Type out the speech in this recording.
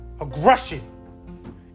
aggression